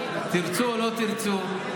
תרצו או לא תרצו.